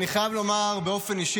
אני חייב לומר באופן אישי,